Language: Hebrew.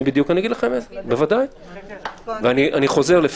אני חוזר ואומר,